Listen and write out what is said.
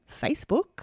Facebook